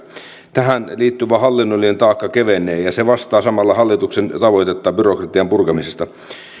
tähän liittyvä hallinnollinen taakka kevenee ja se vastaa samalla hallituksen tavoitetta byrokratian purkamisesta